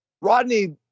Rodney